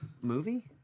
movie